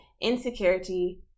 insecurity